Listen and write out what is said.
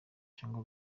cyangwa